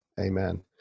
amen